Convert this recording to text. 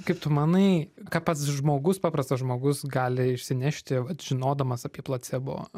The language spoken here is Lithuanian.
kaip tu manai ką pats žmogus paprastas žmogus gali išsinešti vat žinodamas apie placebo